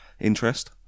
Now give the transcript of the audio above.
interest